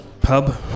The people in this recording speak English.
pub